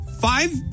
Five